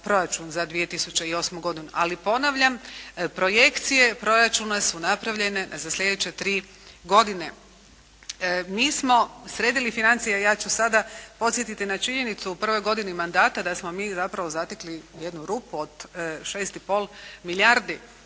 proračun za 2008. godinu. Ali ponavljam, projekcije proračuna su napravljene za sljedeće 3 godine. Mi smo sredili financije. Ja ću sada podsjetiti na činjenicu u prvoj godini mandata da smo mi zapravo zatekli jednu rupu od 6 i pol milijardi.